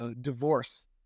divorce